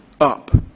up